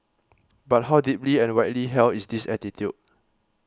but how deeply and widely held is this attitude